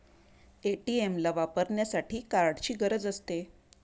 ATM ला वापरण्यासाठी कार्डची गरज असते